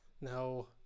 No